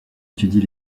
étudie